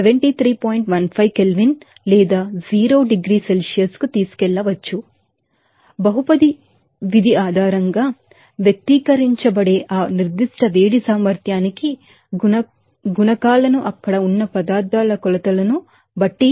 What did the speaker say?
15 kelvin లేదా 0 డిగ్రీల Celsius కు తీసుకెళ్లవచ్చు మరియు పాలినోమిల్ ఫంక్షన్ ఆధారంగా వ్యక్తీకరించబడే ఆ సర్టెన్ హీట్ స్పెసిఫిక్ హీట్ కెపాసిటీను అక్కడ ఉన్న పదార్థాల కొలతను బట్టి